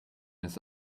his